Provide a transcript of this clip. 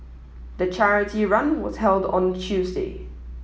the charity run was held on Tuesday